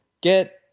get